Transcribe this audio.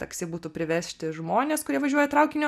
taksi būtų privežti žmones kurie važiuoja traukiniu